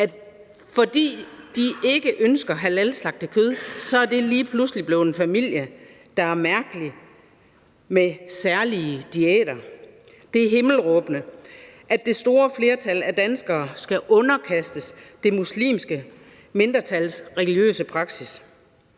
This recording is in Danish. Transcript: fordi de ikke ønsker halalslagtet kød, er det lige pludselig blevet en familie, der er mærkelig med særlige diæter. Det er himmelråbende, at det store flertal af danskere skal underkastes det muslimske mindretals religiøse praksis.